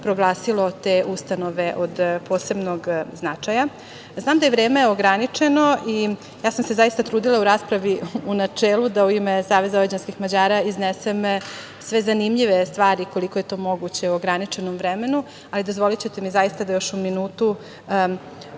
proglasilo te ustanove od posebnog značaja. Znam da je vreme ograničeno i zaista sam se trudila da u raspravi u načelu da u ime SVM iznesem sve zanimljive stvari koliko je to moguće u ograničenom vremenu, ali dozvolićete mi zaista da još u minutu